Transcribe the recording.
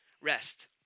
rest